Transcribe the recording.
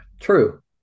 true